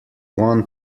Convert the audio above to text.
won